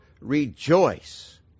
rejoice